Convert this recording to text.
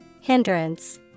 Hindrance